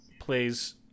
plays